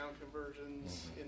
conversions